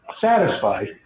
satisfied